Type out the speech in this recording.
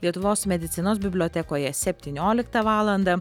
lietuvos medicinos bibliotekoje septynioliktą valandą